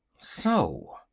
so!